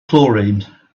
chlorine